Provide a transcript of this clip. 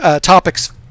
topics